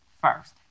first